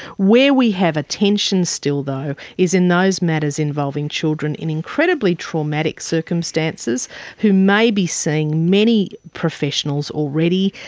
where we have a tension still, though, is in those matters involving children in incredibly traumatic circumstances who may be seeing many professionals already,